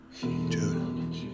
Dude